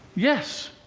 yes.